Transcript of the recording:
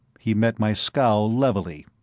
he met my scowl levelly.